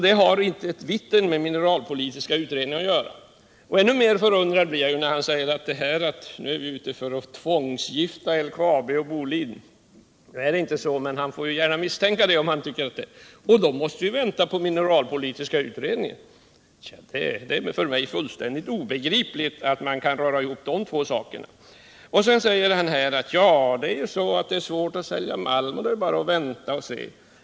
Detta har inte ett vitten med den mineralpolitiska utredningen att göra. Än mer förundrad blir jag när Fritz Börjesson säger att vi är ute för att tvångsgifta LKAB och Boliden. Det är inte så, men han får gärna misstänka det, om han vill. I så fall måste vi vänta på den mineralpolitiska utredningen, säger Fritz Börjesson. Det är för mig fullständigt obegripligt att man kan röra ihop de två sakerna. Sedan säger Fritz Börjesson att det är svårt att sälja malm och att det bara är att vänta och se.